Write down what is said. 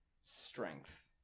strength